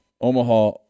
Omaha